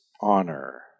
honor